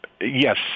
yes